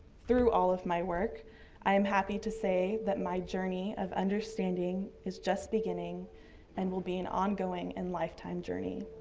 through all of my work i am happy to say that my journey of understanding is just beginning and will be an ongoing and lifetime journey.